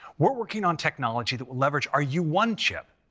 we're working on technology that will leverage our u one chip,